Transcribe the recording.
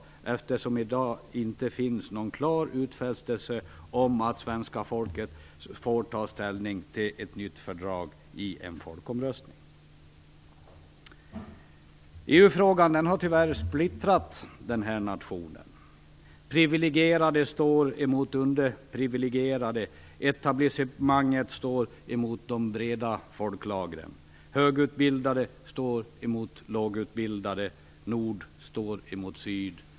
Det finns ju i dag ingen klar utfästelse om att svenska folket får ta ställning till ett nytt fördrag i en folkomröstning. EU-frågan har tyvärr splittrat nationen. Priviligierade står mot underpriviligierade. Etablissemanget står mot de breda folklagren. Högutbildade står mot lågutbildade. Nord står mot syd.